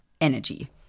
energy